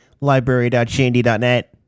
Library.shandy.net